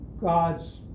God's